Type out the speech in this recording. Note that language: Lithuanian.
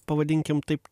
pavadinkim taip